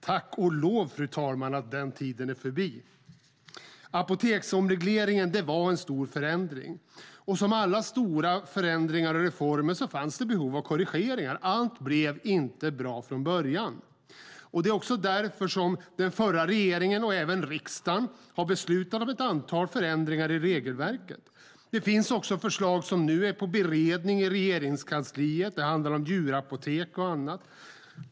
Tack och lov, fru talman, att den tiden är förbi! Apoteksomregleringen var en stor förändring, och som vid alla stora förändringar och reformer fanns det behov av korrigeringar. Allt blev inte bra från början. Det var också därför som den förra regeringen och även riksdagen beslutade om ett antal förändringar i regelverket. Det finns också förslag som bereds i Regeringskansliet; det handlar om djurapotek och annat.